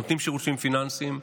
נותני שירותים פיננסיים,